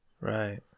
Right